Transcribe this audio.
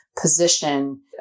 position